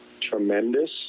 tremendous